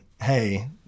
hey